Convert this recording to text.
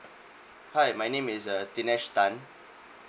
hi my name is uh dinesh tan